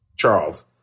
Charles